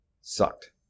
Sucked